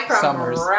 Summers